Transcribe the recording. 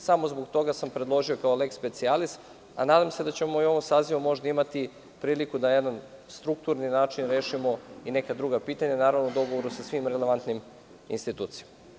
Samo zbog toga sam predložio kao leks specijalis, a nadam se da ćemo u ovom sazivu možda imati priliku da jedan strukturni način rešimo i neka druga pitanja, naravno u dogovoru sa svim relevantnim institucijama.